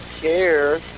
care